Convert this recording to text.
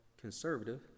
conservative